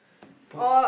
put